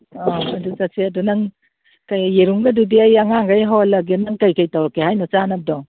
ꯑ ꯑꯗꯨ ꯆꯠꯁꯦ ꯑꯗꯨ ꯅꯪ ꯀꯩ ꯌꯦꯔꯨꯝꯒꯗꯨꯗꯤ ꯑꯩ ꯑꯉꯥꯡꯒꯩ ꯍꯧꯍꯜꯂꯒꯦ ꯅꯪ ꯀꯩꯀꯩ ꯇꯧꯔꯛꯀꯦ ꯍꯥꯏꯅꯣ ꯆꯥꯅꯕꯗꯣ